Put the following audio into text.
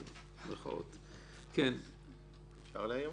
אני מחברת כ.א.ל.